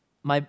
my